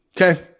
okay